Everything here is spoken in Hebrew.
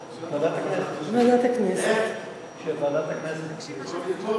אז ועדת הכנסת תכריע.